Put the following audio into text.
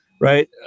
right